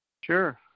Sure